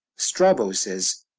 strabo says,